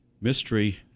mystery